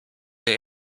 der